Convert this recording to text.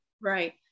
Right